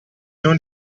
non